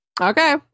Okay